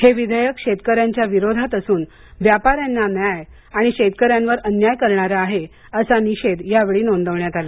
हे विधेयक शेतकऱ्यांच्या विरोधात असून व्यापाऱ्यांना न्याय आणि शेतकऱ्यांवर अन्याय करणारे आहे असा निषेध यावेळी नोंदवण्यात आला